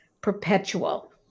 perpetual